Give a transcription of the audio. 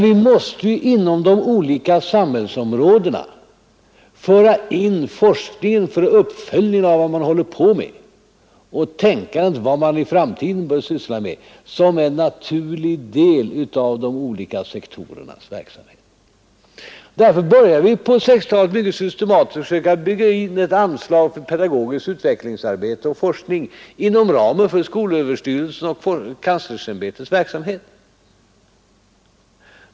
Vi måste i stället föra in forskningen på de olika samhällsområdena för att följa upp utvecklingen och planera för framtida uppgifter så att forskningen blir en naturlig del av de olika sektorernas verksamhet. Därför börjar vi mycket systematiskt försöka bygga in ett anslag för pedagogiskt utvecklingsarbete och forskning inom ramen för skolöverstyrelsens och universitetskanslersämbetets verksamhet.